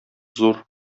зур